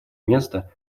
место